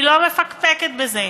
אני לא מפקפקת בזה.